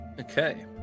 Okay